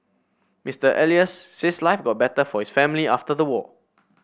Mister Elias says life got better for his family after the war